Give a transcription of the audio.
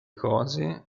cose